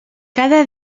cada